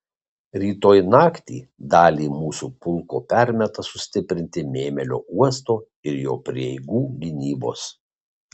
rytoj naktį dalį mūsų pulko permeta sustiprinti mėmelio uosto ir jo prieigų gynybos